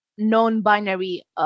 non-binary